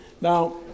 Now